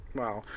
wow